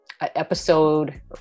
episode